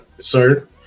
Sir